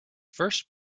first